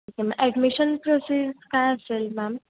okay मग admission process काय असेल मॅम